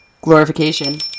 glorification